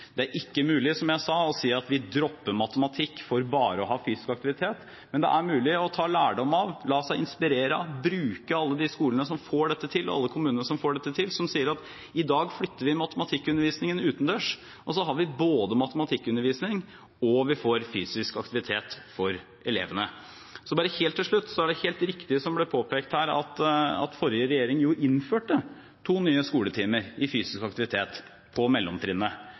Det er ikke mulig, som jeg sa, å si at vi dropper matematikk for bare å ha fysisk aktivitet, men det er mulig å ta lærdom av, la seg inspirere av og bruke alle de skolene som får dette til, og alle kommunene som får dette til, som sier at i dag flytter vi matematikkundervisningen utendørs, og så har vi både matematikkundervisning og får fysisk aktivitet for elevene. Bare helt til slutt: Det er helt riktig, som det ble påpekt her, at forrige regjering jo innførte to nye skoletimer i fysisk aktivitet på mellomtrinnet,